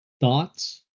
thoughts